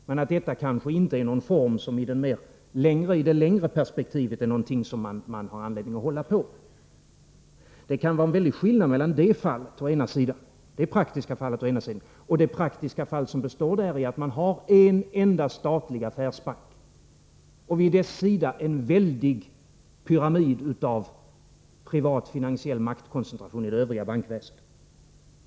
Men det är kanske inte någonting som man i det längre perspektivet har anledning att hålla på med. Det kan vara en stor skillnad mellan å ena sidan det praktiska fallet och å andra sidan det praktiska fall som består däri att man har en enda statlig affärsbank men vid dess sida en väldig pyramid av privat finansiell maktkoncentration i det övriga bankväsendet.